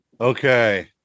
Okay